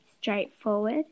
straightforward